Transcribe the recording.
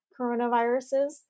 coronaviruses